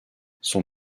son